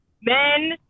men